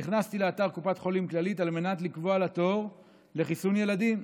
נכנסתי לאתר קופת חולים כללית על מנת לקבוע לה תור לחיסון ילדים.